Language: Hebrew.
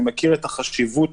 אני מכיר את החשיבות